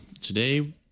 Today